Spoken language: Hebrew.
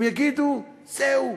הם יגידו: זהו,